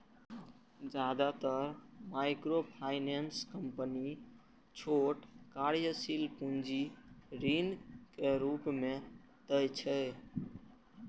जादेतर microfinance company छोट कार्यशील पूंजी ऋणक रूप मे दै छै